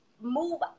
move